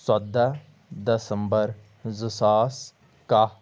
ژۄدہ دسَمبر زٕ ساس کاہ